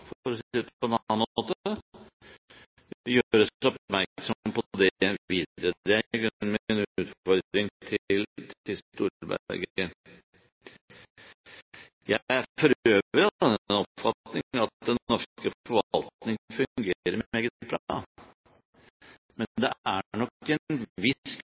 for å si det på en annen måte, og det gjøres oppmerksom på det videre. Det er i grunnen min utfordring til Storberget. Jeg er for øvrig av den oppfatning at den norske forvaltning fungerer meget bra. Men det er nok en